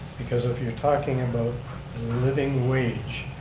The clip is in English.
because if you're talking about the living wage,